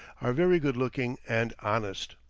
are very good-looking and honest.